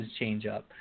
changeup